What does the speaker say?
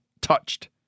touched